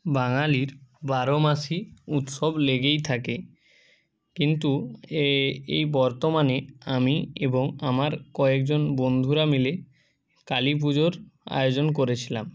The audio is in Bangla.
বাঙালির বারোমাসই উৎসব লেগেই থাকে কিন্তু এ এই বর্তমানে আমি এবং আমার কয়েকজন বন্ধুরা মিলে কালী পুজোর আয়োজন করেছিলাম